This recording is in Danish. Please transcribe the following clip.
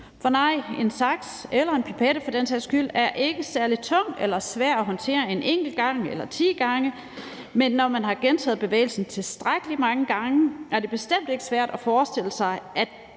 for den sags skyld en pipette er ikke særlig tung eller svær at håndtere en enkelt gang eller ti gange, men når man har gentaget bevægelsen tilstrækkelig mange gange, er det bestemt ikke svært at forestille sig,